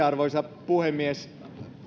arvoisa puhemies